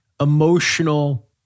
emotional